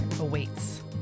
awaits